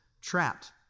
trapped